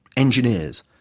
engineers,